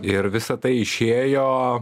ir visa tai išėjo